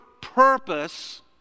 purpose